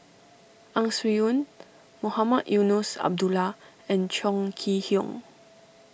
Ang Swee Aun Mohamed Eunos Abdullah and Chong Kee Hiong